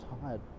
tired